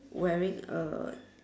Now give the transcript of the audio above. wearing a